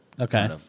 Okay